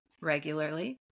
regularly